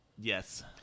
Yes